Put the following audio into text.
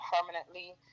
permanently